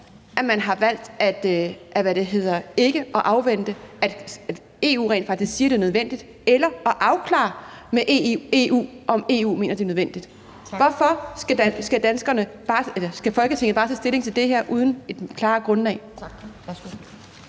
man har valgt ikke at afvente, at EU faktisk siger, at det er nødvendigt, eller at afklare med EU, om EU mener, at det er nødvendigt. Hvorfor skal Folketinget bare tage stilling til det her uden at have et klart grundlag? Kl.